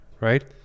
right